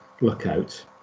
lookout